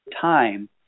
time